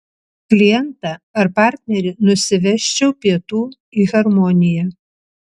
klientą ar partnerį nusivesčiau pietų į harmoniją